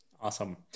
Awesome